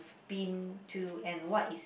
been to and what is